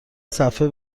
صفحه